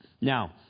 Now